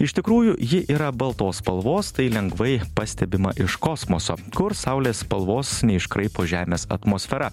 iš tikrųjų ji yra baltos spalvos tai lengvai pastebima iš kosmoso kur saulės spalvos neiškraipo žemės atmosfera